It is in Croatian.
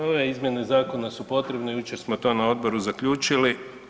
Ove izmjene zakona su potrebne jučer smo to na odboru zaključili.